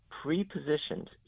pre-positioned